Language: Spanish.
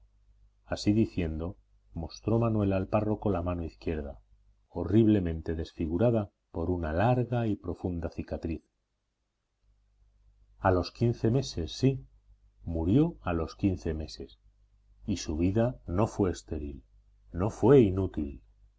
así diciendo mostró manuel al párroco la mano izquierda horriblemente desfigurada por una larga y profunda cicatriz a los quince meses sí murió a los quince meses y su vida no fue estéril no fue inútil